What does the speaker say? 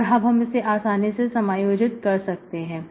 और अब हम इसे आसानी से समायोजित कर सकते हैं